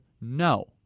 No